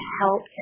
help